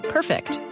Perfect